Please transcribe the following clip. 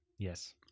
Yes